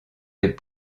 des